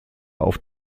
auf